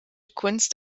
kunst